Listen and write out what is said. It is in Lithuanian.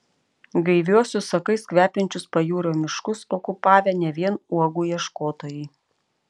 gaiviuosius sakais kvepiančius pajūrio miškus okupavę ne vien uogų ieškotojai